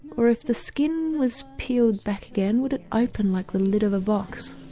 or if the skin was peeled back again would it open like the lid of a box?